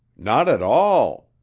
not at all!